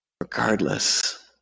regardless